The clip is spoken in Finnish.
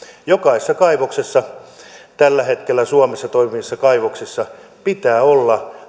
jokaisessa tällä hetkellä suomessa toimivassa kaivoksessa pitää olla